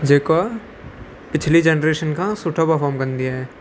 जेको पिछली जनरेशन खां सुठो परफॉर्म कंदी आहे